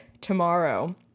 tomorrow